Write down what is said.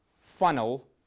funnel